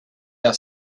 der